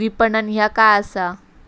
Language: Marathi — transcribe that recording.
विपणन ह्या काय असा?